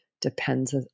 depends